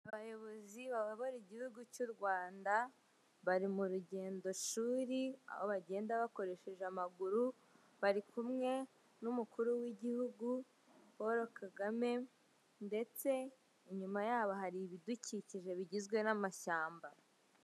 Abayobozi babayobora igihugu cy'u Rwanda bari mu rugendoshuri aho bagenda bakoresheje amaguru, bari kumwe n'umukuru w'igihugu poro kagame ndetse inyuma yabo hari ibidukikije bigizwe n'amashyamba.